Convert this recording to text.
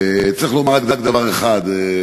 צריך לומר רק דבר אחד.